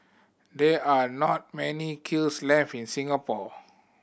there are not many kills left in Singapore